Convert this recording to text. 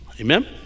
Amen